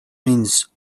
means